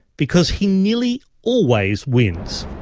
because he nearly always wins.